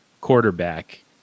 quarterback